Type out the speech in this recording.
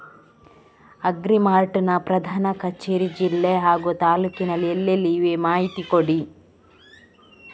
Agri Mart ನ ಪ್ರಧಾನ ಕಚೇರಿ ಜಿಲ್ಲೆ ಹಾಗೂ ತಾಲೂಕಿನಲ್ಲಿ ಎಲ್ಲೆಲ್ಲಿ ಇವೆ ಮಾಹಿತಿ ಕೊಡಿ?